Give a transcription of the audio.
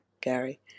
Gary